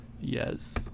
yes